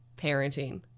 parenting